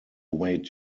wait